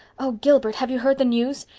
oh, gilbert, have you heard the news?